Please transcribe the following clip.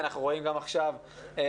אנחנו רואים גם עכשיו פניות